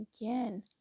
again